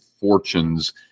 fortunes